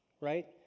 right